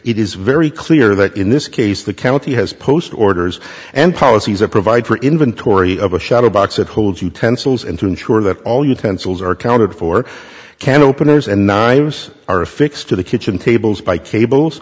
it is very clear that in this case the county has post orders and policies that provide for inventory of a shadow box that holds utensils and to ensure that all utensils are accounted for can openers and nine s are affixed to the kitchen tables by cables